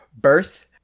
birth